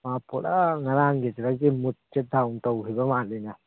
ꯃꯥ ꯄꯨꯔꯥ ꯉꯔꯥꯡꯒꯤꯗꯨꯗꯒꯤ ꯃꯨꯠꯁꯦ ꯗꯥꯎꯟ ꯇꯧꯈꯤꯕ ꯃꯥꯜꯂꯤꯅꯦ